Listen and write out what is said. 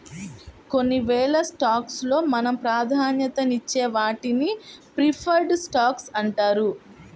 కొన్నివేల స్టాక్స్ లో మనం ప్రాధాన్యతనిచ్చే వాటిని ప్రిఫర్డ్ స్టాక్స్ అంటారు